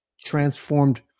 transformed